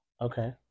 Okay